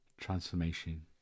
transformation